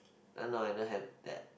oh no I don't have that